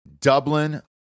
Dublin